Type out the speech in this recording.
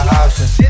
options